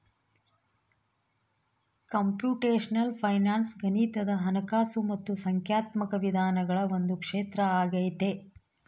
computational finance ಗಣಿತದ ಹಣಕಾಸು ಮತ್ತು ಸಂಖ್ಯಾತ್ಮಕ ವಿಧಾನಗಳ ಒಂದು ಕ್ಷೇತ್ರ ಆಗೈತೆ